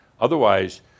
Otherwise